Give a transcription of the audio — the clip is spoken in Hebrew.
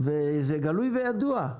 זה גלוי וידוע,